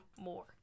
More